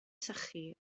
sychu